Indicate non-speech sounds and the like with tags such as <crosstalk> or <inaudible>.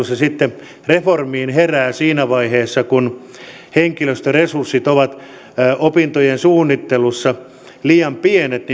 <unintelligible> se sitten reformiin herää siinä vaiheessa kun henkilöstöresurssit ovat opintojen suunnittelussa liian pienet <unintelligible>